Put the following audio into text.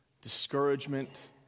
discouragement